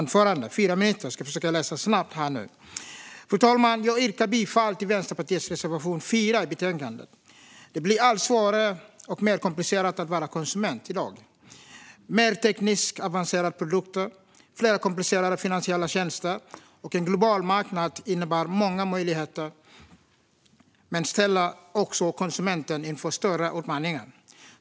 Fru talman! Min kollega Jon Thorbjörnson, som är ansvarig för detta område, blev plötsligt sjuk. Jag tänkte att det kunde vara bra om jag läser hans anförande. Jag har fyra minuter på mig - jag ska försöka läsa snabbt. Fru talman! Jag yrkar bifall till Vänsterpartiets reservation 4 i betänkandet. Det blir allt svårare och mer komplicerat att vara konsument i dag. Mer tekniskt avancerade produkter, fler komplicerade finansiella tjänster och en global marknad innebär många möjligheter men ställer också konsumenten inför större utmaningar.